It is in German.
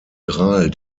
gral